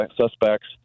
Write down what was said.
suspects